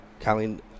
Colleen